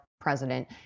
president